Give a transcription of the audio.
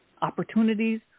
opportunities